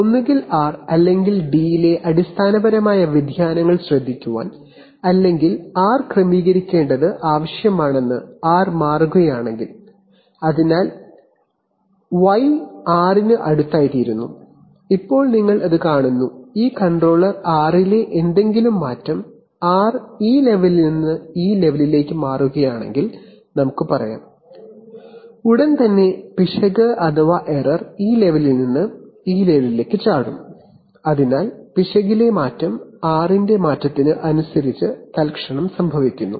ഒന്നുകിൽ r അല്ലെങ്കിൽ d ലെ അടിസ്ഥാനപരമായ വ്യതിയാനങ്ങൾ ശ്രദ്ധിക്കണം അല്ലെങ്കിൽ r മാറുകയാണെങ്കിൽ u ക്രമീകരിക്കേണ്ടത് ആവശ്യം ആയിത്തീരുകയും അങ്ങനെ y r ന് അടുത്തായിത്തീരുന്നു ഇപ്പോൾ നിങ്ങൾ അത് കാണുന്നു ഈ കൺട്രോളർ r ലെ എന്തെങ്കിലും മാറ്റം സംഭവിക്കുകയും r ഈ ലെവലിൽ നിന്ന് മറ്റൊരു ലെവലിലേക്ക് മാറുകയാണെങ്കിൽ ഉടൻ തന്നെ പിശക് ഈ ലെവലിൽ നിന്ന് മറ്റൊരു ലെവലിലേക്ക് ചാടും അതിനാൽ പിശകിലെ മാറ്റം r ന്റെ മാറ്റത്തിന് അനുസരിച്ച് തൽക്ഷണം സംഭവിക്കുന്നു